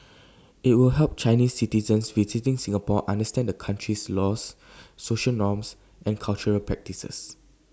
IT will help Chinese citizens visiting Singapore understand the country's laws social norms and cultural practices